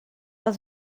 els